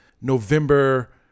November